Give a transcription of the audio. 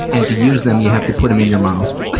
and to use them, you have to put em in your mouth. but